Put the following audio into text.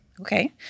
Okay